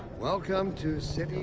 welcome to city.